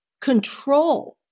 control